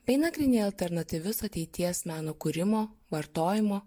bei nagrinėjo alternatyvius ateities meno kūrimo vartojimo